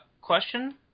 question